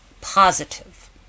positive